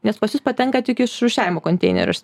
nes pas jus patenka tik iš rūšiavimo konteinerių aš